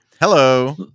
hello